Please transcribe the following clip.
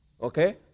Okay